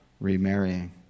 remarrying